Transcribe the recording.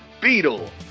Beetle